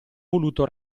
voluto